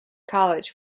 college